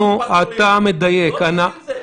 זה שב"כ.